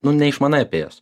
nu neišmanai apie jas